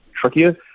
trickier